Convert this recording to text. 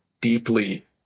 deeply